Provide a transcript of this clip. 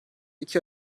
iki